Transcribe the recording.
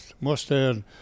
Mustard